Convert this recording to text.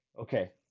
Okay